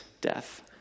death